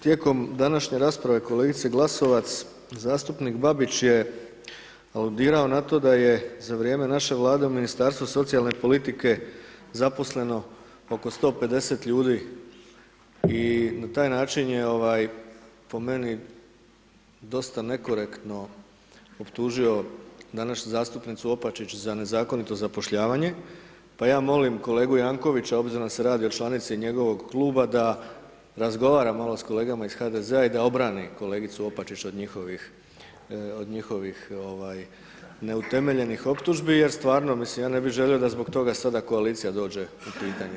Tijekom današnje rasprave kolegice Glasovac, zastupnik Babić je aludirao na to da je za vrijeme naše Vlade u Ministarstvu socijalne politike zaposleno oko 150 ljudi i na taj način je po meni dosta nekorektno optužio današnju zastupnicu Opačić za nezakonito zapošljavanje, pa ja molim kolegu Jankovića, obzirom da se radi o članici njegovog kluba da razgovara malo s kolegama iz HDZ-a i da obrani kolegicu Opačić od njihovih neutemeljenih optužbi, jer stvarno, mislim, ja ne bi želio da zbog toga sada koalicija dođe u pitanje.